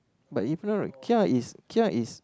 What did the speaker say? but even though kia is kia is